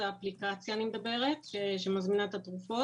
אני מדברת על האפליקציה שמזמינה את התרופות.